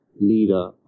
leader